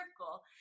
circle